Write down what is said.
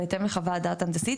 בהתאם לחוות דעת הנדסית,